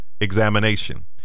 examination